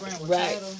right